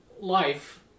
life